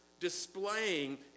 displaying